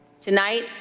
Tonight